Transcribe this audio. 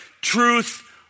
Truth